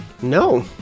No